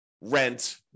rent